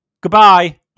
goodbye